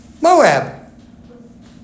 Moab